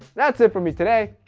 that's it for me today.